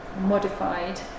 modified